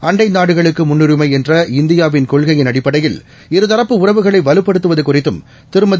அண்டைநாடுகளுக்குமுன்னுரிமைஎன்ற இந்தியாவின் கொள்கையின் அடிப்டையில் தரப்பு இரு உறவுகளைவலுப்படுத்துவதுகுறித்தும் திருமதி